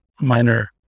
minor